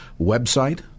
website